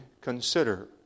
consider